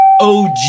OG